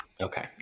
Okay